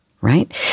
right